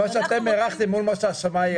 מה שאתם הערכתם מול מה שהשמאי העריך.